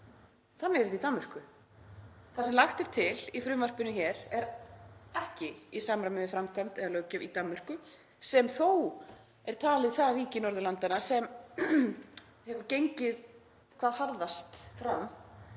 Þannig er þetta í Danmörku. Það sem lagt er til í frumvarpinu hér er ekki í samræmi við framkvæmd eða löggjöf í Danmörku sem þó er talið það ríki Norðurlandanna sem hefur gengið hvað harðast fram